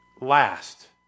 last